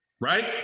right